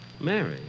Mary